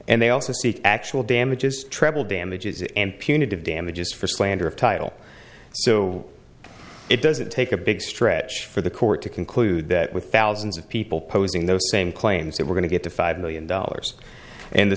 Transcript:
and they also seek actual damages treble damages and punitive damages for slander of title so it doesn't take a big stretch for the court to conclude that with thousands of people posing those same claims that we're going to get to five million dollars and the